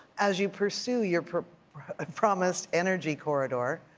as you pursue your promised energy corridor,